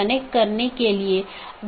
यह open update अधिसूचना और जीवित इत्यादि हैं